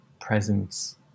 presence